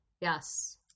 Yes